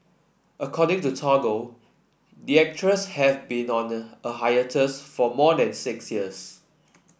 according to Toggle the actress has been on a for more than six years